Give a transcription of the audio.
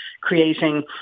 creating